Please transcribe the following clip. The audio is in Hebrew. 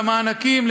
למענקים,